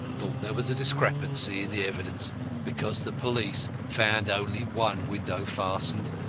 thought there was a discrepancy in the evidence because the police found only one window fastened,